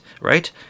right